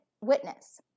witness